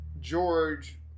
George